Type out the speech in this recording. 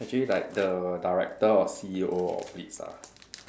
actually like the director or C_E_O of beats ah